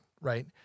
right